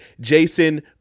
Jason